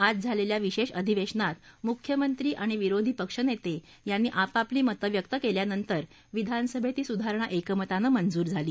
आज झालेल्या विशेष अधिवेशनात मुख्यमंत्री आणि विरोधी पक्षनेते यांनी आपापली मत व्यक्त केल्यानंतर विधानसभेत ही सुधारणा एकमतानं मंजूर झाली